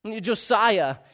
Josiah